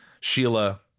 Sheila